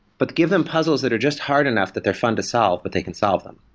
but give them puzzles that are just hard enough that they're fun to solve, but they can solve them.